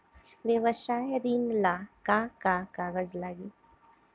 व्यवसाय ऋण ला का का कागज लागी?